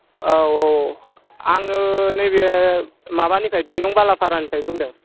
औ औ आङो नैबे माबानिफ्राय दुइनं बालाफारानिफ्राय बुंदों